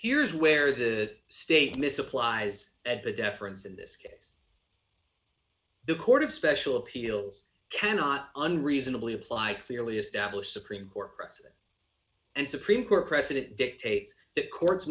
here's where the state misapplies at the deference in this case the court of special appeals cannot unreasonably applied clearly established supreme court press and supreme court precedent dictates that courts